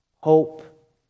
Hope